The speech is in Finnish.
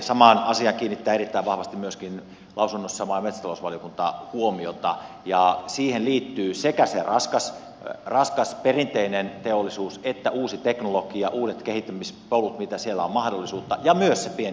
samaan asiaan kiinnittää erittäin vahvasti lausunnossaan myöskin maa ja metsätalousvaliokunta huomiota ja siihen liittyvät sekä se raskas perinteinen teollisuus että uusi teknologia uudet kehittämispolut mihin siellä on mahdollisuutta ja myös se pientuotanto